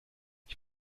ich